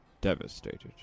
devastated